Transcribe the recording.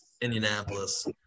Indianapolis